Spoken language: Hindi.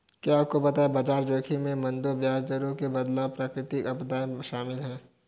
क्या आपको पता है बाजार जोखिम में मंदी, ब्याज दरों में बदलाव, प्राकृतिक आपदाएं शामिल हैं?